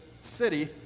city